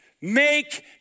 Make